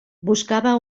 buscava